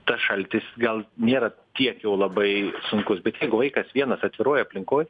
tas šaltis gal nėra tiek jau labai sunkus bet jeigu vaikas vienas atviroj aplinkoj